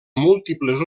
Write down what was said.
múltiples